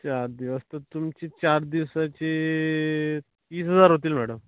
चार दिवस तर तुमचे चार दिवसाचे तीस हजार होतील मॅडम